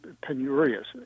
penurious